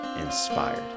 Inspired